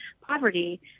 poverty